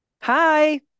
Hi